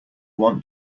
want